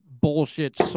bullshit